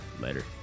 later